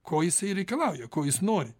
ko jisai reikalauja ko jis nori